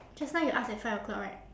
just now you ask at five o'clock right